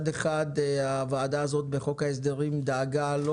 הוועדה הזאת בחוק ההסדרים דאגה לא